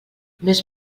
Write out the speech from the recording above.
més